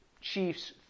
chiefs